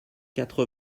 quatre